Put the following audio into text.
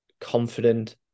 confident